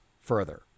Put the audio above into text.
further